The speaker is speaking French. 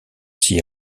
s’y